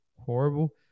horrible